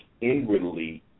inwardly